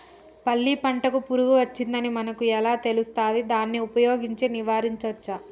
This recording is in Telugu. పల్లి పంటకు పురుగు వచ్చిందని మనకు ఎలా తెలుస్తది దాన్ని ఉపయోగించి నివారించవచ్చా?